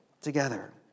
together